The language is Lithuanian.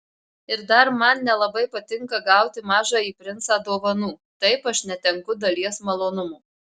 ir dar man nelabai patinka gauti mažąjį princą dovanų taip aš netenku dalies malonumo